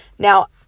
Now